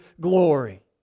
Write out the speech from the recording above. glory